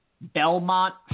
Belmont